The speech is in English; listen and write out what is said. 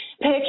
pick